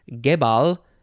Gebal